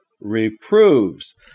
reproves